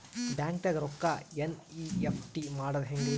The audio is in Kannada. ಬ್ಯಾಂಕ್ದಾಗ ರೊಕ್ಕ ಎನ್.ಇ.ಎಫ್.ಟಿ ಮಾಡದ ಹೆಂಗ್ರಿ?